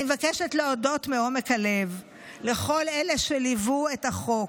אני מבקשת להודות מעומק הלב לכל אלה שליוו את החוק.